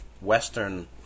Western